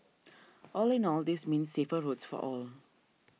all in all this means safer roads for all